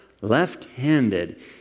left-handed